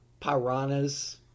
piranhas